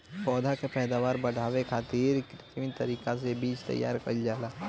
पौधा के पैदावार बढ़ावे खातिर कित्रिम तरीका से बीज तैयार कईल जाला